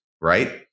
right